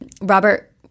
Robert